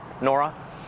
Nora